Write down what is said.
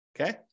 Okay